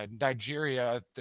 Nigeria